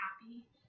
happy